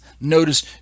Notice